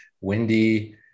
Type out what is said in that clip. windy